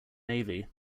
navy